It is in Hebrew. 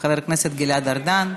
חבר הכנסת גלעד ארדן.